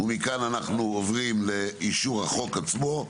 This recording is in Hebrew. מכאן אנו עוברים לאישור החוק עצמו.